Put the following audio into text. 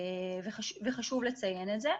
וחשוב לציין את זה.